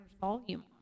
volume